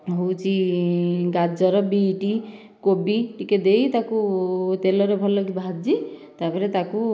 ହେଉଛି ଗାଜର ବିଟ୍ କୋବି ଟିକିଏ ଦେଇ ତାକୁ ତେଲରେ ଭଲକି ଭାଜି ତା' ପରେ ତାକୁ